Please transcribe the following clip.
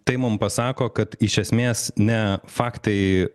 tai mum pasako kad iš esmės ne faktai